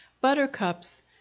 buttercups